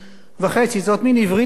זאת מין עברית הפוכה כזאת.